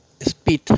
speed